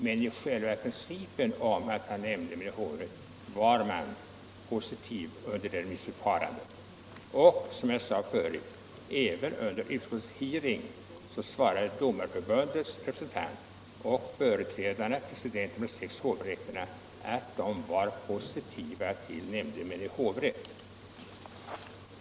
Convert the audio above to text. Men själva principen om nämnd vid hovrätt var man positiv till under remissförfarandet. Även vid utskottets hearing svarade Domareförbundets representanter och presidenterna för de sex hovrätterna att de var positiva till nämndemän i hovrätt.